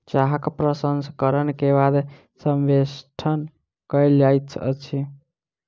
चाहक प्रसंस्करण के बाद संवेष्टन कयल जाइत अछि